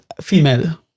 Female